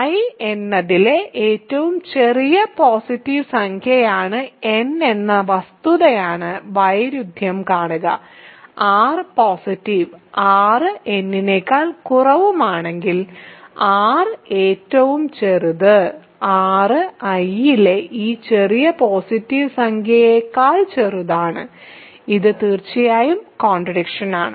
I എന്നതിലെ ഏറ്റവും ചെറിയ പോസിറ്റീവ് സംഖ്യയാണ് n എന്ന വസ്തുതയാണ് വൈരുദ്ധ്യം കാണുക r പോസിറ്റീവ് r n നെക്കാൾ കുറവാണെങ്കിൽ r ഏറ്റവും ചെറുത് r I ലെ ഈ ചെറിയ പോസിറ്റീവ് സംഖ്യയേക്കാൾ ചെറുതാണ് ഇത് തീർച്ചയായും കോണ്ട്രാഡിക്ഷൻ ആണ്